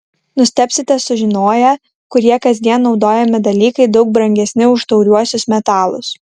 nustebsite sužinoję kurie kasdien naudojami dalykai daug brangesni už tauriuosius metalus